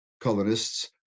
colonists